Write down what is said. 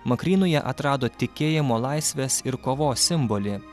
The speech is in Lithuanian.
makrynoje atrado tikėjimo laisvės ir kovos simbolį